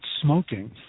smoking